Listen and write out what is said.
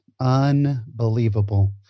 Unbelievable